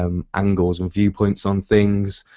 um angles and viewpoints on things.